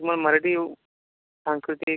तुम्हाला मराठी येऊ सांस्कृतिक